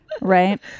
right